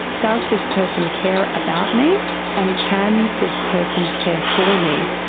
does this person care about me and can this person care for me?